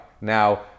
Now